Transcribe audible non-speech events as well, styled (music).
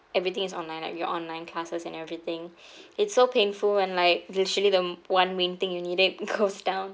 everything is online like your online classes and everything (breath) it's so painful when like literally the one main thing you needed goes down